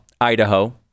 Idaho